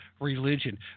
religion